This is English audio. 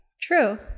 True